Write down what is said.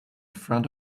front